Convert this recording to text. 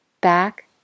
back